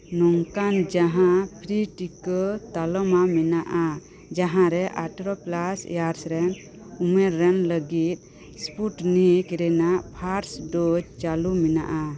ᱱᱚᱝᱠᱟᱱ ᱡᱟᱦᱟᱸ ᱯᱷᱨᱤ ᱴᱤᱠᱟᱹ ᱛᱟᱞᱚᱢᱟ ᱢᱮᱱᱟᱜᱼᱟ ᱡᱟᱦᱟᱸᱨᱮ ᱟᱴᱷᱨᱚ ᱯᱞᱟᱥ ᱤᱭᱟᱨᱥ ᱨᱮᱱ ᱩᱢᱮᱨ ᱨᱮᱱ ᱞᱟᱹᱜᱤᱫ ᱥᱯᱩᱴᱱᱤᱠ ᱨᱮᱱᱟᱜ ᱯᱷᱟᱨᱥᱴ ᱰᱳᱡᱽ ᱪᱟᱞᱩ ᱢᱮᱱᱟᱜᱼᱟ